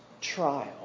trial